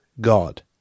God